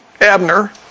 Abner